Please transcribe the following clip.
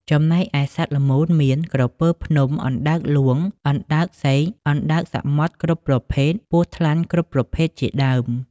ចំណែឯសត្វល្មូនមាន ក្រពើភ្នំ , អណ្ដើកហ្លួង អណ្ដើកសេក អណ្ដើកសមុទ្រគ្រប់ប្រភេទ ពស់ថ្លាន់គ្រប់ប្រភេទជាដើម។